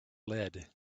lead